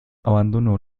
abandonó